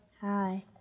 Hi